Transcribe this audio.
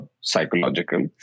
psychological